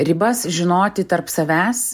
ribas žinoti tarp savęs